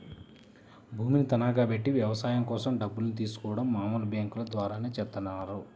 భూమిని తనఖాబెట్టి వ్యవసాయం కోసం డబ్బుల్ని తీసుకోడం మామూలు బ్యేంకుల ద్వారానే చేత్తన్నారు